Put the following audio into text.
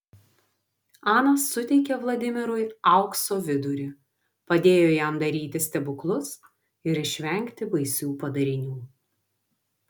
ana suteikė vladimirui aukso vidurį padėjo jam daryti stebuklus ir išvengti baisių padarinių